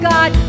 God